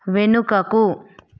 వెనుకకు